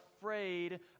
afraid